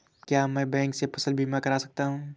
क्या मैं बैंक से फसल बीमा करा सकता हूँ?